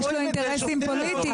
יש לו אינטרסים פוליטיים.